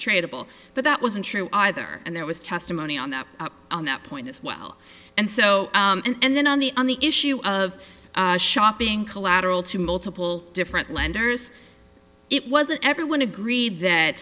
tradable but that wasn't true either and there was testimony on that on that point as well and so and then on the on the issue of shopping collateral to multiple different lenders it wasn't everyone agreed that